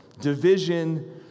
division